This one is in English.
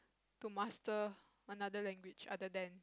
to master another language other than